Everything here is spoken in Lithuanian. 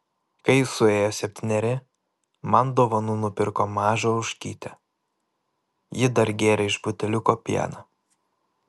kai suėjo septyneri man dovanų nupirko mažą ožkytę ji dar gėrė iš buteliuko pieną